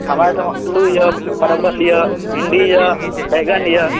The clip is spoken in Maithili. हमरा एहिठिमा आलू यऽ परवल यऽ भिण्डी यऽ बैगन यऽ